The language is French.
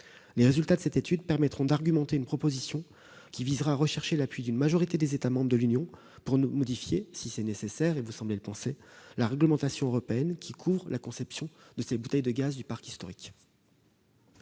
Les résultats de cette étude permettront d'argumenter une proposition qui visera à rechercher l'appui d'une majorité des États membres de l'Union pour modifier si nécessaire- vous semblez penser que cela l'est -la réglementation européenne couvrant la conception de ces bouteilles de gaz du parc historique.